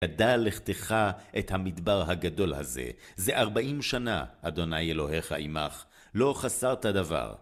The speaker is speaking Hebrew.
ידע לכתך את המדבר הגדול הזה, זה ארבעים שנה, אדוני אלוהיך עמך, לא חסרת דבר.